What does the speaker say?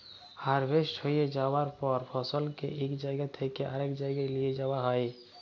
harvest হঁয়ে যাউয়ার পর ফসলকে ইক জাইগা থ্যাইকে আরেক জাইগায় লিঁয়ে যাউয়া হ্যয়